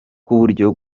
buryo